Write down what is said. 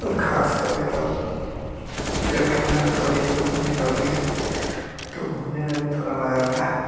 और खास करके तब जब ठण्ड में थोड़ी सी धूप निकलती है तो घूमने में भी थोड़ा मजा आता है